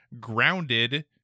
grounded